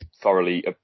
thoroughly